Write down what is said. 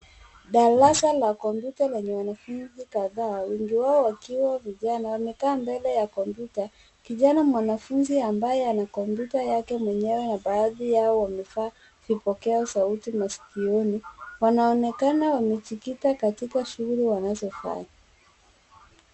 Darasa la kompyuta lenye wanafunzi kadhaa wengi wao wakiwa vijana wamekaa mbele ya kompyuta. Kijana mwanafunzi ambaye anakompyuta mwenyewe na baadhi yao wamevaa vipokea sauti maskioni. Wanaoekana wamejikita katika shuguli wanazofanya.